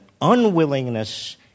unwillingness